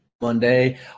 Monday